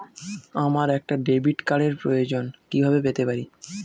আমার একটা ডেবিট কার্ডের প্রয়োজন কিভাবে পেতে পারি?